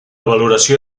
valoració